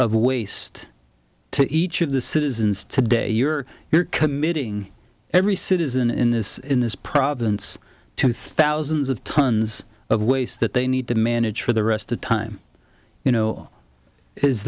of waste to each of the citizens today you're you're committing every citizen in this in this province to thousands of tons of waste that they need to manage for the rest of time you know is